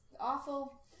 awful